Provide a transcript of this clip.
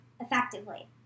effectively